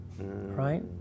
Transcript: Right